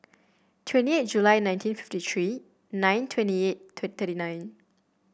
twenty eight July nineteen fifty three nine twenty eight twenty nine